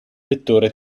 vettore